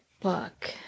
book